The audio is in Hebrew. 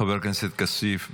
חבר הכנסת כסיף בבקשה,